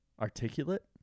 articulate